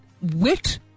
wit